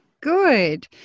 Good